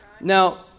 Now